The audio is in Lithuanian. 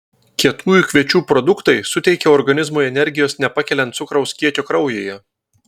kietųjų kviečių produktai suteikia organizmui energijos nepakeliant cukraus kiekio kraujyje